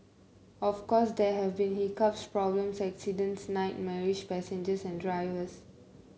of course there have been hiccups problems accidents nightmarish passengers and drivers